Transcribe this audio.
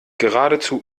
geradezu